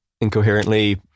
incoherently